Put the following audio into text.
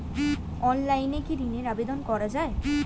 অনলাইনে কি ঋনের আবেদন করা যায়?